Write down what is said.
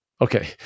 okay